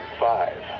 five,